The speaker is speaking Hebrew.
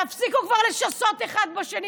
תפסיקו כבר לשסות אחד בשני.